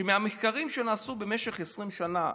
מהמחקרים שנעשו במשך 20 שנה,